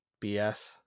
BS